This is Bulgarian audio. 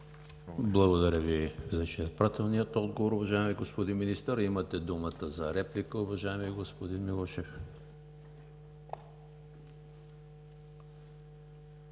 Благодаря Ви за изчерпателния отговор, уважаеми господин Министър. Имате думата за реплика, уважаеми господин Милушев.